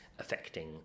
affecting